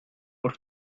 por